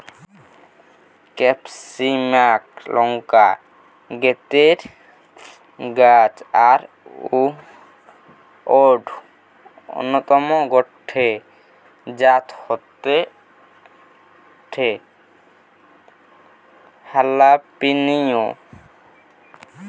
ক্যাপসিমাক লংকা গোত্রের গাছ আর অউর অন্যতম গটে জাত হয়ঠে হালাপিনিও